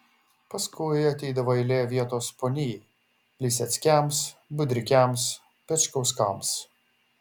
paskui ateidavo eilė vietos ponijai liseckiams budrikiams pečkauskams